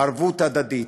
ערבות הדדית.